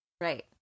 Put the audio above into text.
Right